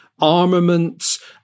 armaments